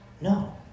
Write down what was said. No